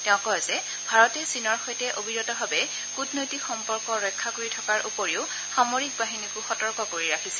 তেওঁ কয় যে ভাৰতে চীনৰ সৈতে অবিৰতভাৱে কূটনৈতিক সম্পৰ্ক ৰক্ষা কৰি থকাৰ উপৰি সামৰিক বাহিনীকো সতৰ্ক কৰি ৰাখিছে